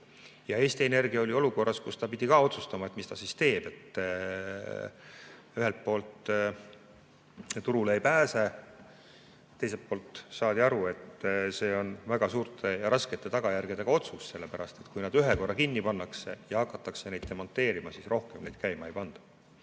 Eesti Energia oli olukorras, kus ta pidi ka otsustama, mis ta teeb. Ühelt poolt turule ei pääse, teiselt poolt saadi aru, et see on väga suurte ja raskete tagajärgedega otsus, sellepärast et kui need korra juba kinni pannakse ja hakatakse neid demonteerima, siis rohkem neid käima ei panda.